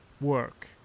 Work